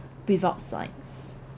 without science